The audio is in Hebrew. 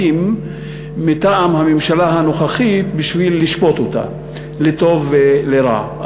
מטעם הממשלה הנוכחית בשביל לשפוט לטוב ולרע,